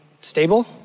stable